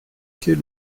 qu’est